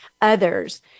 others